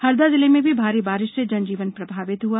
हरदा जिले में भी भारी बारिश से जनजीवन प्रभावित हुआ